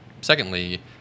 secondly